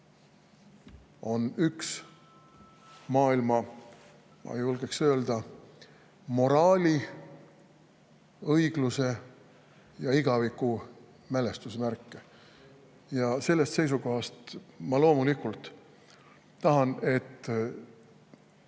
on üks maailma, ma julgeksin öelda, moraali, õigluse ja igaviku mälestusmärke. Sellest seisukohast ma loomulikult tahan, et